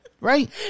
Right